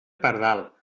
pardal